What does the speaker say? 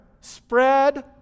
spread